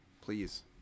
Please